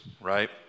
right